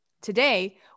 Today